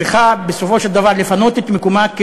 צריכה בסופו של דבר לפנות את מקומה.